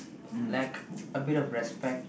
lack a bit of respect